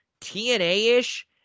TNA-ish